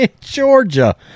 Georgia